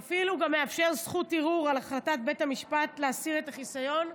ואפילו מאפשר זכות ערעור על החלטת בית המשפט להסיר את החיסיון,